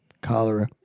Cholera